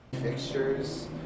fixtures